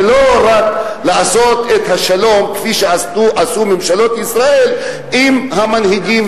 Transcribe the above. ולא רק לעשות את השלום כפי שעשו ממשלות ישראל עם המנהיגים,